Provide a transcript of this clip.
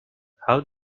how